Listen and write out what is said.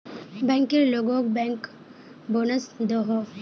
banker लोगोक bank bonus दोहों